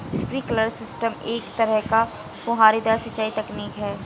sprinkler system एक तरह का फुहारेदार सिंचाई तकनीक है